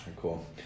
Cool